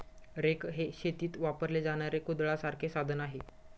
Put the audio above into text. rake हे शेतीत वापरले जाणारे कुदळासारखे साधन आहे